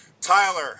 Tyler